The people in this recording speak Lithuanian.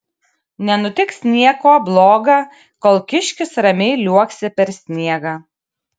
nenutiks nieko bloga kol kiškis ramiai liuoksi per sniegą